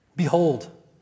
Behold